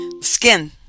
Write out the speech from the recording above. Skin